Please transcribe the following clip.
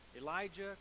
Elijah